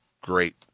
great